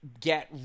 get